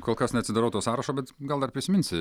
kol kas neatsidarau to sąrašo bet gal dar prisiminsi